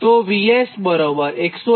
તો VS101